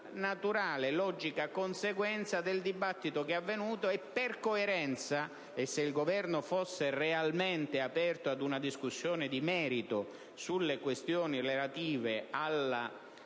naturale e logica conseguenza del dibattito che è avvenuto, e se il Governo fosse realmente aperto a una discussione di merito sulle questioni relative alla